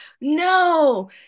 no